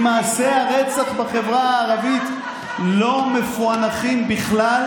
בחברה הערבית לא מפוענחים בכלל.